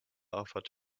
offered